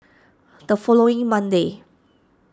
the following Monday